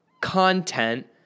content